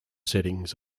settings